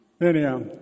Anyhow